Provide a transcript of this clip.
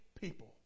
people